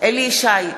אליהו ישי,